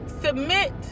submit